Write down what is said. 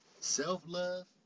Self-love